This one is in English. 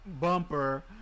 bumper